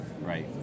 right